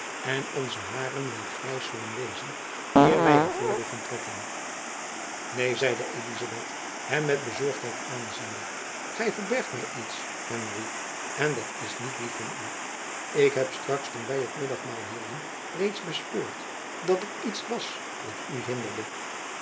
en onze hairen wel grijs zullen wezen eer wy er voordeel van trekken neen zeide elizabeth hem met bezorgdheid aanziende gy verbergt my iets henry en dat is niet lief van u ik heb straks toen wy het middagmaal hielden reeds bespeurd dat er iets was wat u hinderde